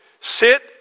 sit